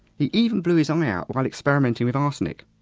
he even blew his um eye out while experimenting with arsenic.